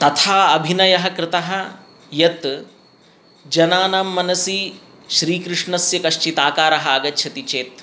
तथा अभिनयः कृतः यत् जनानां मनसि श्रीकृष्णस्य कश्चित् आकारः आगच्छति चेत्